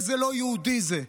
איזה לא יהודי זה.